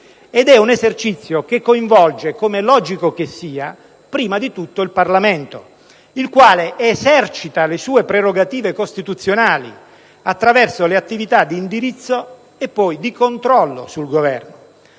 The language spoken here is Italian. e delicato che coinvolge, com'è logico che sia, prima di tutto il Parlamento, il quale esercita le sue prerogative costituzionali attraverso le attività di indirizzo e poi di controllo sul Governo;